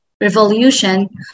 revolution